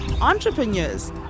entrepreneurs